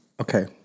Okay